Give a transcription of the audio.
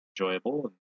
enjoyable